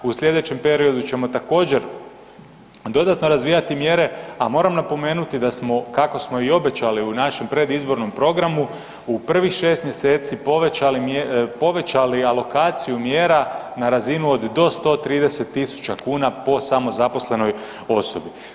U slijedećem periodu ćemo također dodatno razvijati mjere, a moram napomenuti da smo kako smo i obećali u našem predizbornom programu u prvih 6 mjeseci povećali, povećali alokaciju mjera na razinu od do 130.000 kuna po samozaposlenoj osobi.